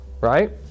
right